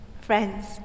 Friends